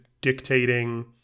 dictating